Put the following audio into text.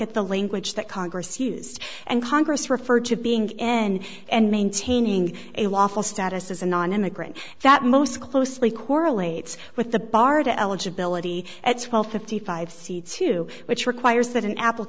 at the language that congress used and congress referred to being in and maintaining a lawful status as a nonimmigrant that most closely correlates with the barda eligibility at twelve fifty five c two which requires that an appl